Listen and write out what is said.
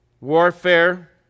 warfare